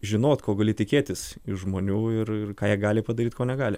žinot ko gali tikėtis iš žmonių ir ir ką jie gali padaryt ko negali